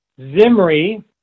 Zimri